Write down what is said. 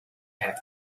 have